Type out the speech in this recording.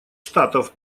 штатов